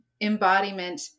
embodiment